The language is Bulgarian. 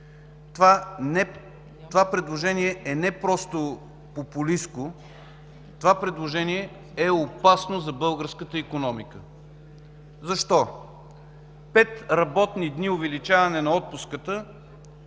Това предложение е не просто популистко, това предложение е опасно за българската икономика. Защо? Пет работни дни увеличаване на отпуската